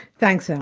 thanks, alan.